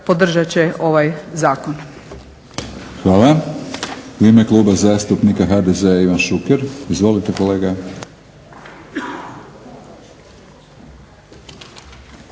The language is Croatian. Milorad (HNS)** Hvala. U ime kluba zastupnika HDZ-a Ivan Šuker. Izvolite kolega.